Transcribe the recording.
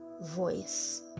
voice